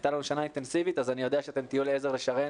הייתה לנו שנה אינטנסיבית אז אני יודע שאתן תהיו לעזר לשרן